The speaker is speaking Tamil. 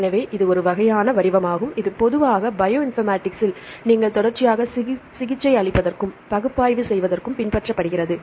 எனவே இது ஒரு வகையான வடிவமாகும் இது பொதுவாக பயோ இன்ஃபர்மேட்டிக்ஸில் நீங்கள் தொடர்ச்சியாக சிகிச்சையளிப்பதற்கும் பகுப்பாய்விற்கும் பின்பற்றுகிறது